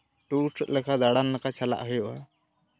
tour ᱞᱮᱠᱟ ᱫᱟᱬᱟᱱ ᱞᱮᱠᱟ ᱪᱟᱞᱟᱜ ᱦᱩᱭᱩᱜᱼᱟ